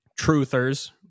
truthers